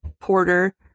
Porter